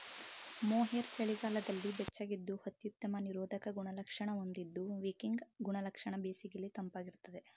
mohair ಚಳಿಗಾಲದಲ್ಲಿ ಬೆಚ್ಚಗಿದ್ದು ಅತ್ಯುತ್ತಮ ನಿರೋಧಕ ಗುಣಲಕ್ಷಣ ಹೊಂದಿದ್ದು ವಿಕಿಂಗ್ ಗುಣಲಕ್ಷಣ ಬೇಸಿಗೆಲಿ ತಂಪಾಗಿರ್ತದೆ